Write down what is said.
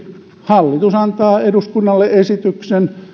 hallitus antaa eduskunnalle esityksen